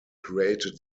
created